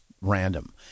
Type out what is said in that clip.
random